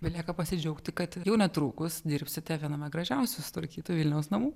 belieka pasidžiaugti kad jau netrukus dirbsite viename gražiausių sutvarkytų vilniaus namų